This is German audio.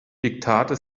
diktate